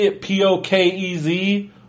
P-O-K-E-Z